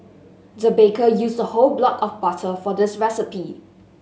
the baker used a whole block of butter for this recipe